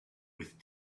with